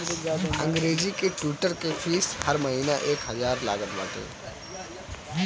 अंग्रेजी के ट्विटर के फ़ीस हर महिना एक हजार लागत बाटे